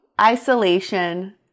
isolation